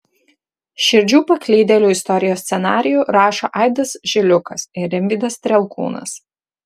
širdžių paklydėlių istorijos scenarijų rašo aidas žiliukas ir rimvydas strielkūnas